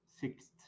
Sixth